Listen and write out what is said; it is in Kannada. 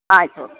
ಆಯಿತು